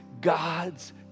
God's